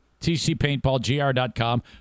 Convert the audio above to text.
TCPaintballGR.com